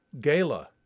GALA